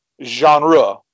genre